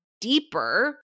deeper